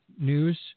news